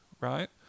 right